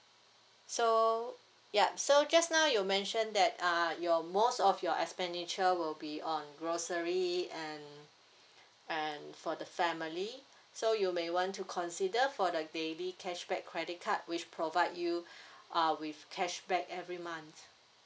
so yup so just now you mention that uh your most of your expenditure will be on grocery and and for the family so you may want to consider for the daily cashback credit card which provide you uh with cashback every month